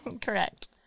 Correct